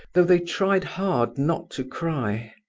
though they tried hard not to cry.